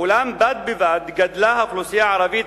אולם בד בבד גדלה האוכלוסייה הערבית